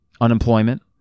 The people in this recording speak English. unemployment